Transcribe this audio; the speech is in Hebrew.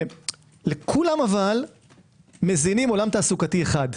אבל לכולם מזינים עולם תעסוקתי אחד.